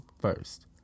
first